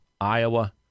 Iowa